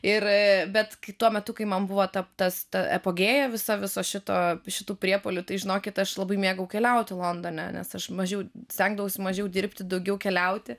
ir bet kai tuo metu kai man buvo tas ta epopėja visa viso šito šitų priepuolių tai žinokit aš labai mėgau keliauti londone nes aš mažiau stengdavaus mažiau dirbti daugiau keliauti